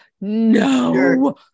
No